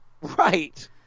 Right